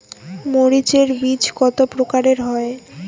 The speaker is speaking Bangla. মরিচ এর বীজ কতো প্রকারের হয়?